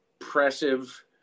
impressive